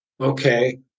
Okay